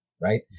right